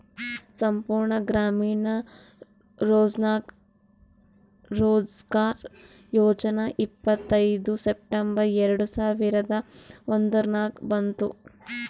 ಸಂಪೂರ್ಣ ಗ್ರಾಮೀಣ ರೋಜ್ಗಾರ್ ಯೋಜನಾ ಇಪ್ಪತ್ಐಯ್ದ ಸೆಪ್ಟೆಂಬರ್ ಎರೆಡ ಸಾವಿರದ ಒಂದುರ್ನಾಗ ಬಂತು